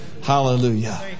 Hallelujah